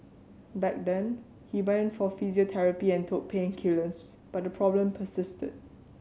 back then he went for physiotherapy and took painkillers but the problem persisted